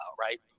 right